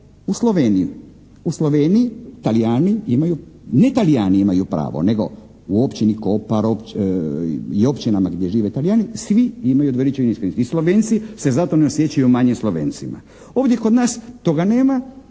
U Sloveniji Talijani imaju, ne Talijani imaju pravo nego u općini Kopar i općinama gdje žive Talijani, svi imaju dvojezične iskaznice. I Slovenci se zato ne osjećaju manje Slovencima. Ovdje kod nas toga nema